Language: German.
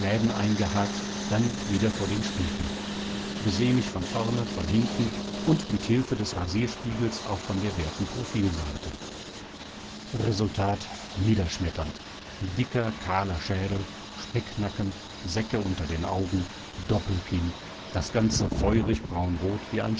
eingehakt dann wieder vor den spiegel beseh mich von vorne von hinten und mit hilfe des rasierspiegels auch von der werten profilseite resultat niederschmetternd dicker kahler schädel specknacken säcke unter den augen doppelkinn das ganze feurig braunrot wie ein